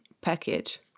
package